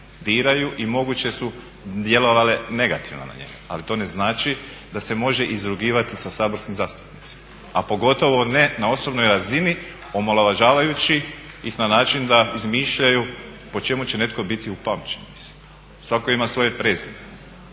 diraju i moguće su djelovale negativno na njega, ali to ne znači da se može izrugivati sa saborskim zastupnicima, a pogotovo ne na osobnoj razini omalovažavajući ih na način da izmišljaju po čemu će netko biti upamćen. Svako ima svoje prezime